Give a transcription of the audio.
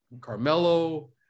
Carmelo